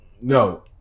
no